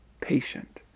patient